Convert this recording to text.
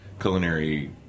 culinary